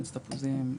מיץ תפוזים.